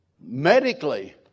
medically